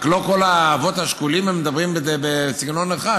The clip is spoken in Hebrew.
לא כל האבות השכולים מדברים בסגנון אחד,